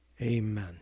amen